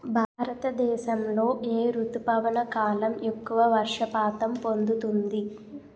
భారతదేశంలో ఏ రుతుపవన కాలం ఎక్కువ వర్షపాతం పొందుతుంది?